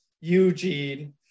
Eugene